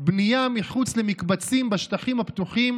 "בנייה מחוץ למקבצים בשטחים הפתוחים"